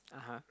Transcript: (uh huh)